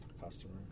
customer